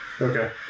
Okay